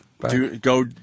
Go